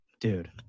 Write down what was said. Dude